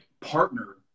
partner